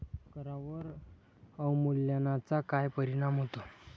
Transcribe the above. करांवर अवमूल्यनाचा काय परिणाम होतो?